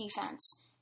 defense